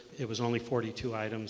it was only forty two items